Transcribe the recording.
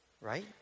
right